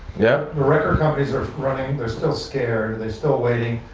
yep. record companies are running, they're still scared, they're still waiting.